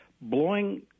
blowing